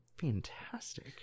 fantastic